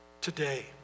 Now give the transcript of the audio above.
today